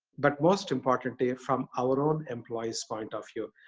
but most importantly, from our own employees' point of view.